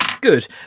good